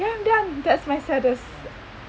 ya I'm done that's my saddest